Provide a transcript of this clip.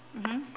mmhmm